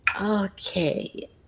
Okay